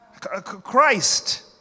Christ